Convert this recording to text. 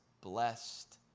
blessed